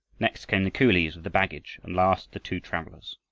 next came the coolies with the baggage, and last the two travelers.